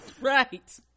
Right